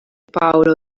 paolo